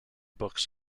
books